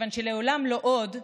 כיוון ש"לעולם לא עוד"